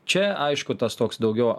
čia aišku tas toks daugiau